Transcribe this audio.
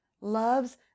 loves